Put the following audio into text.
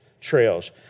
trails